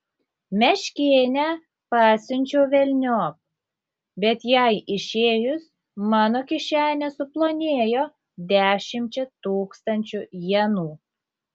meškėnę pasiunčiau velniop bet jai išėjus mano kišenė suplonėjo dešimčia tūkstančių jenų